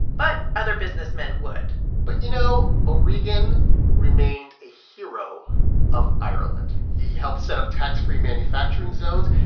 but other businessmen would but, you know, o'regan remained a hero of ireland. he helped set up tax-free manufacturing zones.